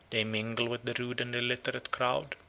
they mingle with the rude and illiterate crowd,